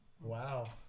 Wow